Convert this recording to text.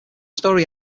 story